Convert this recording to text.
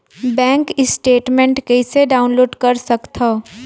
Bank statement कइसे download कर सकथव?